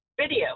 video